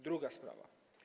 Druga sprawa.